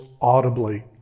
audibly